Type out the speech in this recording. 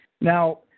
Now